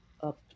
up